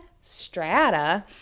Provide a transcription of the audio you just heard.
strata